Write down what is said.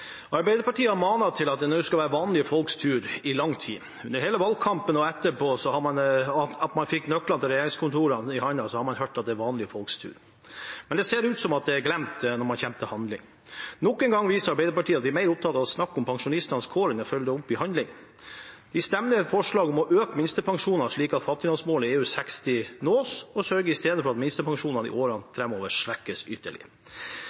Arbeiderpartiet har i lang tid manet til at det nå skal være vanlige folks tur. Under hele valgkampen og etter at man fikk nøklene til regjeringskontorene i hånden, har vi hørt at det er vanlige folks tur, men det ser ut til å være glemt når det kommer til handling. Nok en gang viser Arbeiderpartiet at de er mer opptatt av å snakke om pensjonistenes kår enn å følge det opp i handling. De stemmer ned et forslag om å øke minstepensjonene slik at fattigdomsmålet EU60 nås, og sørger i stedet for at minstepensjonene i årene